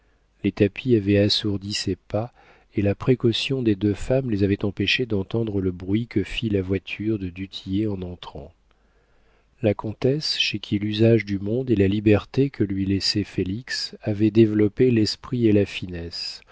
les tapis avaient assourdi ses pas et la préoccupation des deux femmes les avait empêchées d'entendre le bruit que fit la voiture de du tillet en entrant la comtesse chez qui l'usage du monde et la liberté que lui laissait félix avaient développé l'esprit et la finesse